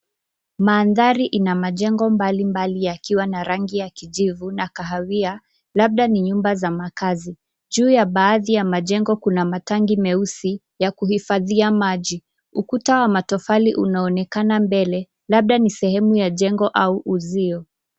Mandhari ina majengo mbalimbali yakiwa na rangi ya kijivu na kahawia labda ni nyumba za makazi. Juu ya baadhi ya majengo kuna matangi meusi ya kuhifadhia maji. Ukuta wa matofali unaonekana mbele labda ni sehemu ya jengo au uzio.